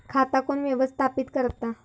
खाता कोण व्यवस्थापित करता?